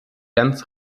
ganz